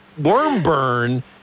Wormburn